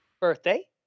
Birthday